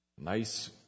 Nice